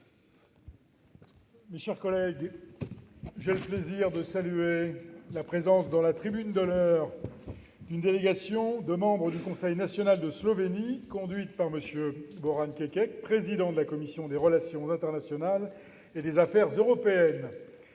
Mes chers collègues, j'ai le plaisir de saluer la présence, dans la tribune d'honneur, d'une délégation de membres du Conseil national de Slovénie, conduite par M. Bojan Kekec, président de la commission des relations internationales et des affaires européennes.